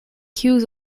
cues